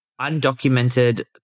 undocumented